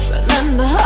Remember